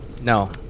No